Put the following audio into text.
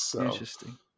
Interesting